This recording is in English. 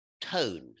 tone